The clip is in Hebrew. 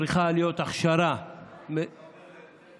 צריכה להיות הכשרה מדוקדקת.